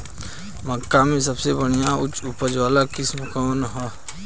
मक्का में सबसे बढ़िया उच्च उपज वाला किस्म कौन ह?